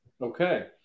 Okay